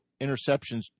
interceptions